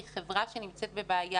היא חברה שנמצאת בבעיה,